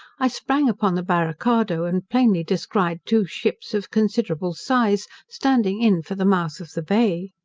i sprang upon the barricado and plainly descried two ships of considerable size, standing in for the mouth of the bay.